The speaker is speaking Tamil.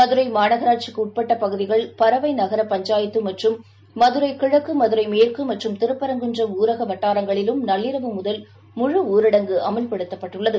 மதுரைமாநகராட்சிக்குட்பட்டபகுதிகள் பரவைநகரப் பஞ்சாயத்துமற்றும் மதுரைகிழக்கு மதுரைமேற்குமற்றும் திருப்பரங்குன்றம் ஊரகவட்டாரங்களிலும் நள்ளிரவு முதல் முழுவரடங்கு அமல்படுத்தப்பட்டுள்ளது